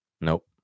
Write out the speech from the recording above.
Nope